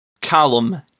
Callum